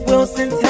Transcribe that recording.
Wilson